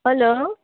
hello